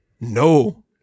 No